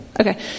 Okay